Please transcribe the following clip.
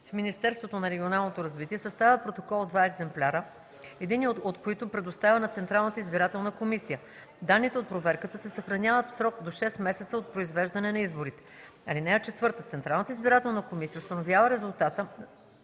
Министерството на регионалното развитие съставя протокол в два екземпляра, единия от които предоставя на Централната избирателна комисия. Данните от проверката се съхраняват в срок до 6 месеца от произвеждане на изборите. (4) Централната избирателна комисия установява резултата